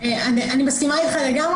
אני מסכימה אתך לגמרי,